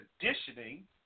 conditioning